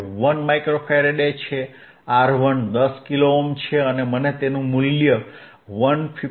1 micro faraday છે R1 10 kilo ohm છે અને મને તેનું મૂલ્ય 159